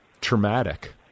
traumatic